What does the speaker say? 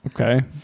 Okay